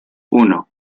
uno